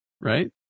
right